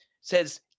says